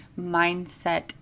mindset